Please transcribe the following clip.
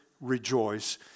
rejoice